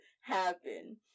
happen